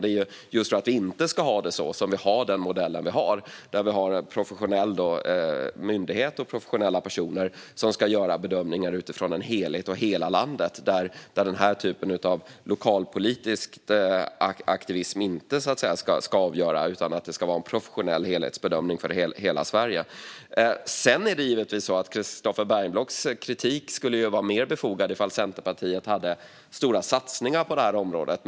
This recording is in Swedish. Det är just för att vi inte ska ha det så som vi har den modell vi har, där vi har en professionell myndighet och professionella personer som ska göra bedömningar utifrån en helhet och hela landet och där den här typen av lokalpolitisk aktivism inte ska avgöra utan det ska vara en professionell helhetsbedömning för hela Sverige. Christofer Bergenblocks kritik skulle vara mer befogad ifall Centerpartiet hade stora satsningar på det här området.